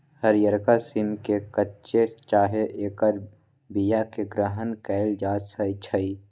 हरियरका सिम के कच्चे चाहे ऐकर बियाके ग्रहण कएल जाइ छइ